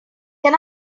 can